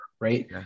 Right